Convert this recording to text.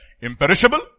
Imperishable